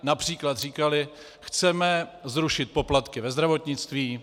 Například říkaly: chceme zrušit poplatky ve zdravotnictví.